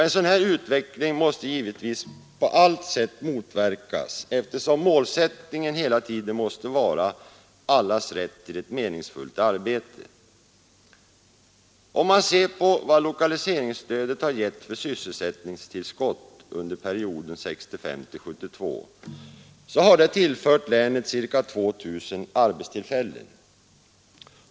En sådan utveckling måste givetvis på allt sätt motverkas, eftersom målsättningen hela tiden måste vara allas rätt till ett meningsfullt arbete. Om man ser på vad lokaliseringsstödet har givit för sysselsättningstillskott under perioden 1965—1972 finner man att detta har tillfört länet ca 2 000 arbetstillfällen.